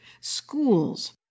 schools